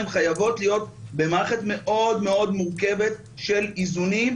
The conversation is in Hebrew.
חייבות להיות במערכת מאוד מאוד מורכבת של איזונים,